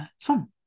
fun